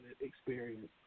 experience